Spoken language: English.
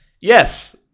Yes